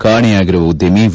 ಕಾಣೆಯಾಗಿರುವ ಉದ್ದಮಿ ವಿ